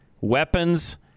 weapons